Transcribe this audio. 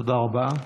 תודה רבה.